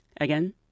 Again